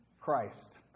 Christ